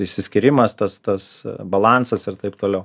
išsiskyrimas tas tas balansas ir taip toliau